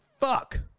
Fuck